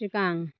सिगां